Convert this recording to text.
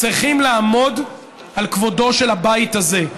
אנחנו צריכים לעמוד על כבודו של הבית הזה.